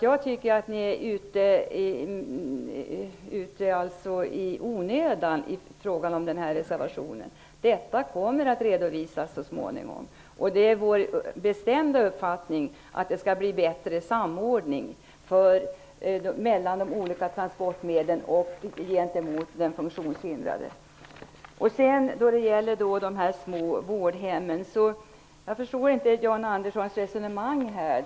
Jag tycker att er reservation är onödig. Detta kommer att redovisas så småningon. Det är vår bestämda uppfattning att det skall bli bättre samordning mellan de olika transportmedlen för de funktionshindrade. När det gäller de små vårdhemmen förstår jag inte Jan Anderssons resonemang.